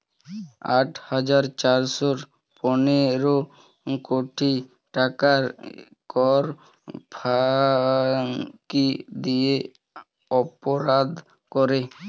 আট হাজার চারশ পনেরো কোটি টাকার কর ফাঁকি দিয়ে অপরাধ করে